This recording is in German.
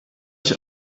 ich